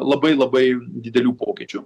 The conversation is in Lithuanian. labai labai didelių pokyčių